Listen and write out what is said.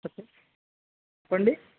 చెప్ప చెప్పండి